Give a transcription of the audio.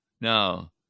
Now